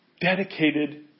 dedicated